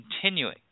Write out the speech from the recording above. continuing